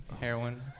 heroin